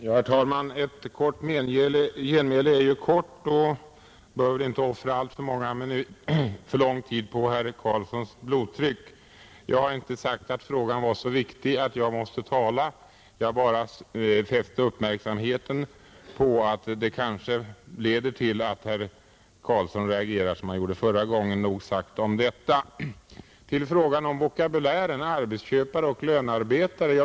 Herr talman! Ett kort genmäle är kort, och jag bör väl heller inte offra alltför lång tid på herr Karlssons i Huskvarna blodtryck. Jag har inte sagt att frågan är så viktig att jag måste tala. Jag fäste bara uppmärksamheten på att vad jag säger kanske leder till att herr Karlsson reagerar som han gjorde förra gången. — Nog sagt om detta. Jag går över till frågan om vokabulären — arbetsköpare och lönearbetare.